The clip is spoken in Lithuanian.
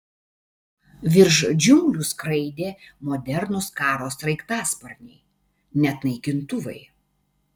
virš džiunglių skraidė modernūs karo sraigtasparniai net naikintuvai